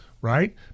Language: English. right